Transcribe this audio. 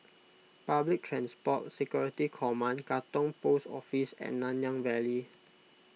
Public Transport Security Command Katong Post Office and Nanyang Valley